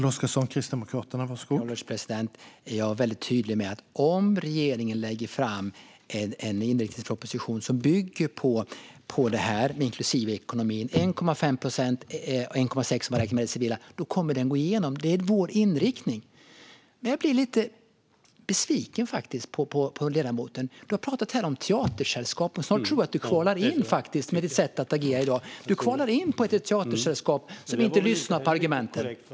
Herr ålderspresident! Jag var väldigt tydlig med att om regeringen lägger fram en inriktningsproposition som bygger på detta, inklusive ekonomin 1,5 procent eller 1,6 procent om man räknar med det civila, kommer den att gå igenom i riksdagen. Det är vår inriktning. Jag blir faktiskt lite besviken på ledamoten Richtoff. Han har talat om teatersällskap här. Snart tror jag att han själv kvalar in med sitt sätt agera i dag. Du kvalar in i ett teatersällskap som inte lyssnar på argumenten, Roger Richtoff!